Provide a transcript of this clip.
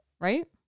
Right